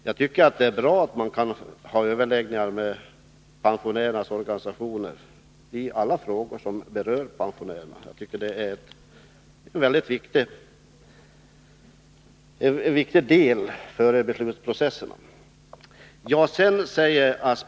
Jag tycker det är bra att man kan ha överläggningar med pensionärsorganisationer i alla frågor som berör pensionärerna. Det är en väldigt viktig del före beslutsprocessen.